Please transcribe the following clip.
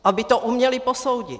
Aby to uměli posoudit.